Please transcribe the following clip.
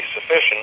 sufficient